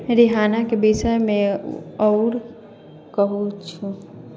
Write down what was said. रिहानाके विषयमे आओर कहु